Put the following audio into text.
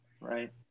right